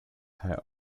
her